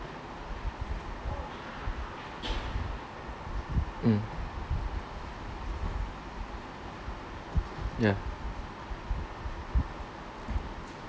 mm ya